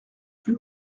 plus